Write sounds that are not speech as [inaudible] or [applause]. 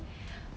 [breath]